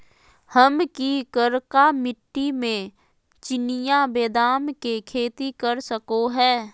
हम की करका मिट्टी में चिनिया बेदाम के खेती कर सको है?